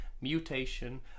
mutation